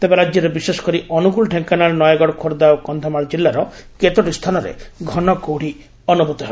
ତେବେ ରାଜ୍ୟର ବିଶେଷକରି ଅନୁଗୁଳ ଢେଙ୍କାନାଳ ନୟାଗଡ଼ ଖୋର୍ବ୍ଧା ଓ କକ୍ଷମାଳ ଜିଲ୍ଲାର କେତୋଟି ସ୍ଥାନରେ ଘନକୁହୁଡ଼ି ଅନୁଭୂତ ହେବ